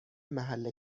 محل